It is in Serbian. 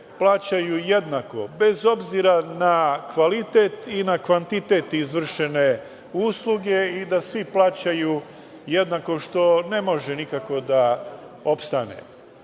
plaćaju jednako bez obzira na kvalitet i na kvantitet izvršene usluge i da svi plaćaju jednako, što ne može nikako da opstane.